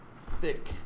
thick